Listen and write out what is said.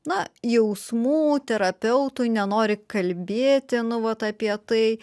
na jausmų terapeutui nenori kalbėti nu vat apie tai